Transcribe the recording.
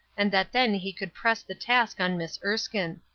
and that then he could press the task on miss erskine.